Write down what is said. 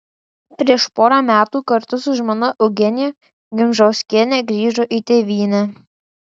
prieš porą metų kartu su žmona eugenija gimžauskiene grįžo į tėvynę